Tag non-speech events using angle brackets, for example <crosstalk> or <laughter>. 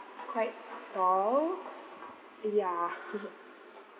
quite tall ya <laughs>